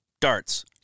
Darts